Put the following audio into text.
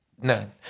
None